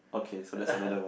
okay so that's another one